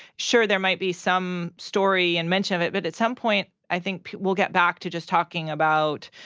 sure, there might be some story and mention of it. but at some point, i think we'll get back to just talking about,